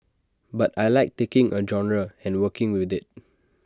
but I Like taking A genre and working with IT